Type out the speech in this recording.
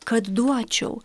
kad duočiau